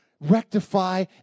rectify